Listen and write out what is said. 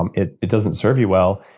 um it it doesn't serve you well,